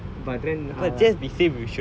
so I was like just to be safe like you and I